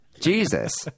Jesus